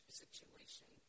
situation